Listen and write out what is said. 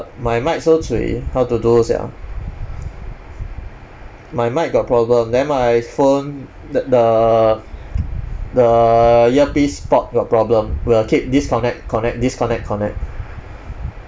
my mic so cui how to do sia my mic got problem then my phone the the the earpiece port got problem will keep disconnect connect disconnect connect